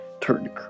turned